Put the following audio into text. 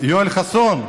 יואל חסון,